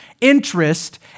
interest